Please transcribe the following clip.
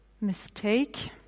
mistake